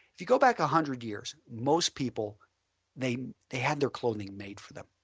if you go back a hundred years most people they they had their clothing made for them.